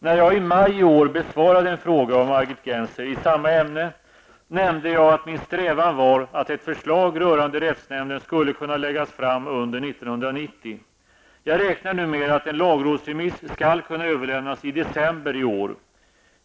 När jag i maj i år besvarade en fråga av Margit Gennser i samma ämne nämnde jag att min strävan var att ett förslag rörande rättsnämnden skulle kunna läggas fram under 1990. Jag räknar nu med att en lagrådsremiss skall kunna överlämnas i december i år.